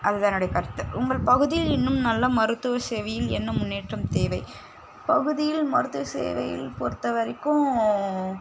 அது தான் என்னுடைய கருத்து உங்கள் பகுதியில் இன்னும் நல்ல மருத்துவ சேவையில் என்ன முன்னேற்றம் தேவை பகுதியில் மருத்துவ சேவையில் பொறுத்த வரைக்கும்